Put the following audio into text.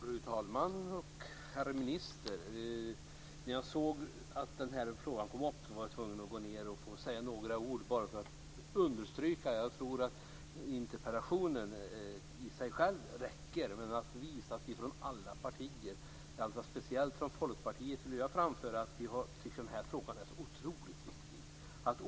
Fru talman! Herr minister! När jag såg att denna fråga skulle tas upp var jag tvungen att gå ned i kammaren och säga några ord bara för att understryka det som sagts. Jag tror att interpellationen i sig själv räcker, men alla partier - speciellt Folkpartiet - vill framföra att man tycker att denna fråga är otroligt viktig.